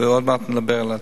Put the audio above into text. ועוד מעט נדבר על העתיד.